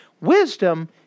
Wisdom